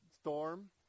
storm